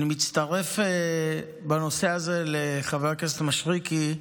אני מצטרף בנושא הזה לחבר הכנסת מישרקי.